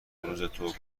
روزتو